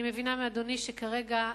ואני מבינה מאדוני שכרגע,